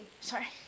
Sorry